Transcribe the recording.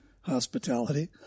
hospitality